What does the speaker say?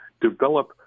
develop